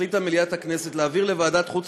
החליטה מליאת הכנסת להעביר לוועדת החוץ